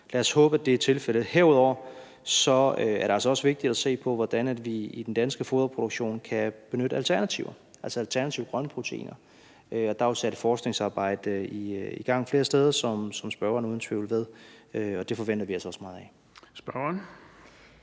lad os håbe, at det er tilfældet. Herudover er det altså også vigtigt at se på, hvordan vi i den danske foderproduktion kan benytte alternativer, altså alternative grønne proteiner. Der er jo sat et forskningsarbejde i gang flere steder, som spørgeren uden tvivl ved, og det forventer vi også meget af.